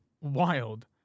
wild